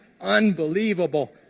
unbelievable